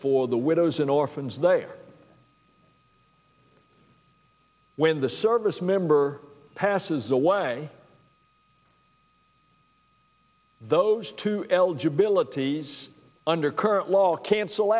for the widows and orphans they are when the service member passes away those two l j abilities under current law cancel